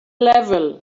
level